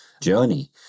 journey